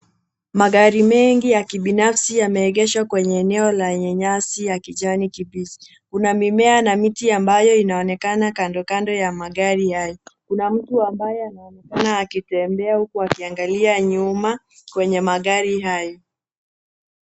Magari mengi ya kibinafsi yameegeshwa eneo lenye nyasi ya kijani kibichi. Kuna mimea na miti ambayo inaonekana kando kando ya magari haya. Kuna mtu ambaye anaonekana akitembea huku akiangalia nyuma kwenye magari hayo.